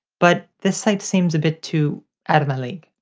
but this site seems a bit too out of my league.